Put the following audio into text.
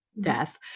death